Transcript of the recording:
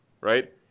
right